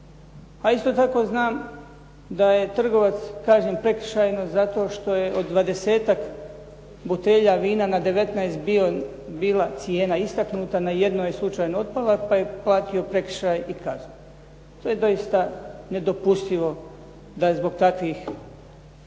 A isto tako znam da je trgovac kažnjen prekršajno zato što je od dvadesetak butelja vina na 19 bila cijena istaknuta, a na jednoj je slučajno otpala pa je platio prekršaj i kaznu. To je doista nedopustivo da zbog takvih